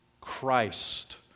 Christ